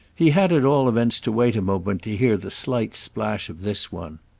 he had at all events to wait a moment to hear the slight splash of this one.